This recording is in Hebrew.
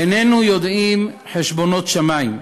איננו יודעים חשבונות שמים,